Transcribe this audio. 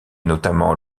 notamment